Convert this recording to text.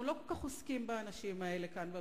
אנחנו לא כל כך עוסקים באנשים האלה כאן בבניין,